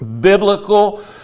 biblical